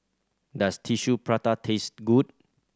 does Tissue Prata taste good